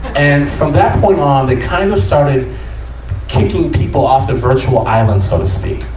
and, from that point on, they kind of started kicking people off the virtual island, so to speak.